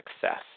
success